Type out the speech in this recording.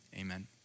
Amen